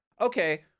okay